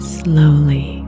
slowly